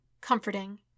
comforting